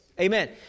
Amen